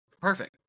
perfect